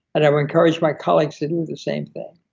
and i've encouraged my colleagues to do the same thing.